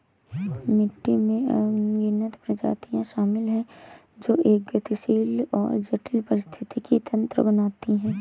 मिट्टी में अनगिनत प्रजातियां शामिल हैं जो एक गतिशील और जटिल पारिस्थितिकी तंत्र बनाती हैं